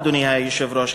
אדוני היושב-ראש,